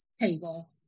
Table